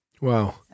Wow